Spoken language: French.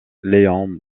léon